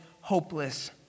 hopeless